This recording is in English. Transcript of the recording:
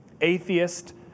atheist